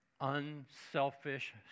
unselfish